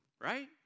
right